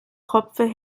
kopfe